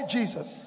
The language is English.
Jesus